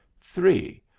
three.